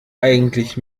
eigentlich